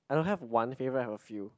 I don't have one favourite I have a few